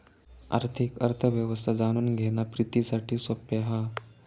आर्थिक अर्थ व्यवस्था जाणून घेणा प्रितीसाठी सोप्या हा